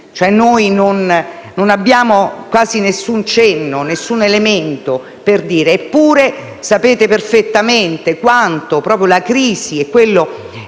non abbiamo quasi nessun cenno, nessun elemento. Eppure sapete perfettamente quanto proprio la crisi e la